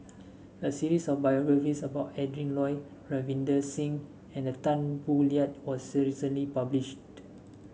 a series of biographies about Adrin Loi Ravinder Singh and Tan Boo Liat was recently published